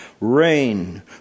Rain